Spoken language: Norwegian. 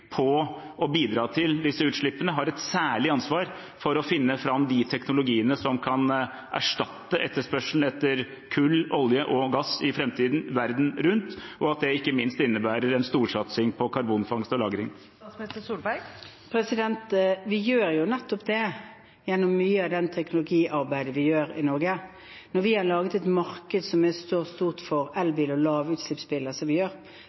på å bidra til disse utslippene, har et særlig ansvar for å finne fram de teknologiene som kan erstatte etterspørselen etter kull, olje og gass i framtiden verden rundt, og at det ikke minst innebærer en storsatsing på karbonfangst og -lagring? Vi gjør jo nettopp det gjennom mye av det teknologiarbeidet vi gjør i Norge. Når vi har laget et marked som er så stort for elbiler og lavutslippsbiler som vi har gjort, og når vi gjør